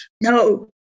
No